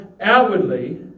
outwardly